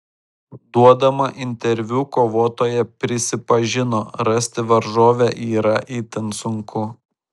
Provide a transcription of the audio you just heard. duodama interviu kovotoja prisipažino rasti varžovę yra itin sunku